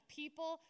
people